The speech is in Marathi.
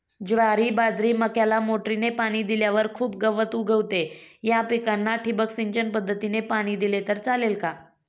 ज्वारी, बाजरी, मक्याला मोटरीने पाणी दिल्यावर खूप गवत उगवते, या पिकांना ठिबक सिंचन पद्धतीने पाणी दिले तर चालेल का?